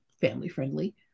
family-friendly